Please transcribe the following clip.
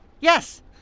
Yes